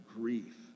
grief